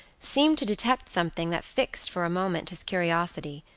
seemed to detect something that fixed for a moment his curiosity.